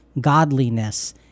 godliness